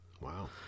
Wow